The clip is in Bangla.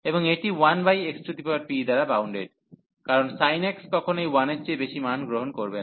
এবং এটি 1xp দ্বারা বাউন্ডেড কারণ sin x কখনই 1 এর চেয়ে বেশি মান গ্রহণ করবে না